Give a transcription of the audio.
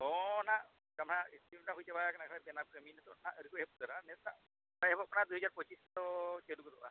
ᱦᱮᱸ ᱱᱟᱦᱟᱜ ᱱᱟᱦᱟᱜ ᱦᱩᱭ ᱪᱟᱵᱟ ᱠᱟᱱᱟ ᱮᱱᱠᱷᱚᱱ ᱟᱨ ᱪᱮᱫ ᱦᱚᱸ ᱠᱟᱹᱢᱤ ᱱᱤᱛᱳᱜ ᱱᱟᱦᱟᱜ ᱟᱹᱣᱨᱤ ᱠᱚ ᱮᱦᱚᱵ ᱩᱛᱟᱹᱨᱟ ᱱᱮᱥ ᱱᱟᱦᱟᱜ ᱮᱦᱚᱵᱚᱜ ᱠᱟᱱᱟ ᱫᱩᱭ ᱦᱟᱡᱟᱨ ᱯᱚᱧᱪᱤᱥ ᱛᱮᱫᱚ ᱪᱟᱹᱞᱩ ᱜᱚᱫᱚᱜᱼᱟ